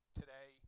today